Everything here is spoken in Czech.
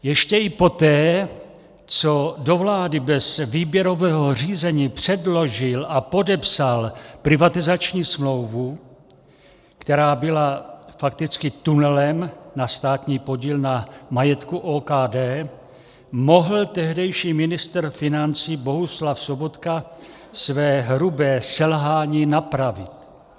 Ještě i poté, co do vlády bez výběrového řízení předložil a podepsal privatizační smlouvu, která byla fakticky tunelem na státní podíl na majetku OKD, mohl tehdejší ministr financí Bohuslav Sobotka své hrubé selhání napravit.